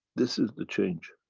this is the change.